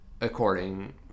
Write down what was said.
according